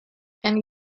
and